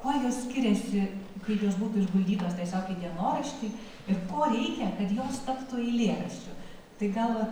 kuo jos skiriasi kaip jos būtų išguldytos tiesiog į dienoraštį ir ko reikia kad jos taptų eilėraščiu tai gal